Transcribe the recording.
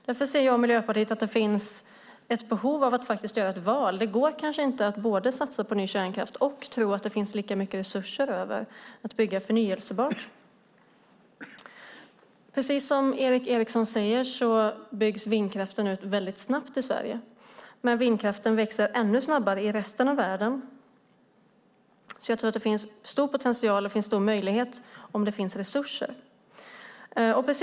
Därför ser jag och Miljöpartiet att det finns ett behov av att göra ett val. Det går kanske inte att både satsa på ny kärnkraft och tro att det finns lika mycket resurser för att bygga förnybar energi. Precis som Erik A Eriksson säger byggs vindkraften ut snabbt i Sverige. Men vindkraften växer ännu snabbare i resten av världen. Jag tror alltså att det finns stor potential och stora möjligheter om det finns resurser.